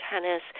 tennis